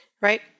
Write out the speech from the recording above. right